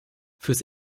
fürs